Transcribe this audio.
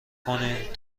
کنین